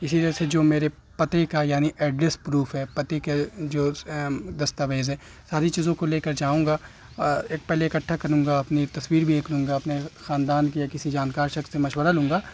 اسی طرح سے جو میرے پتے کا یعنی ایڈریس پروف ہے پتے کے جو دستاویز ہے ساری چیزوں کو لے کر جاؤں گا ایک پہلے اکٹھا کروں گا اپنی تصویر بھی دیکھ لوں گا اپنے خاندان کے یا کسی جانکار شخص سے مشورہ لوں گا